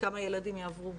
כמה ילדים יעברו